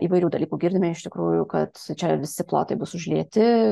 įvairių dalykų girdime iš tikrųjų kad čia visi plotai bus užlieti